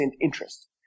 interest